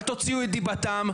אל תוציאו את דיבתם,